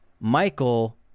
Michael